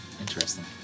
Interesting